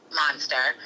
monster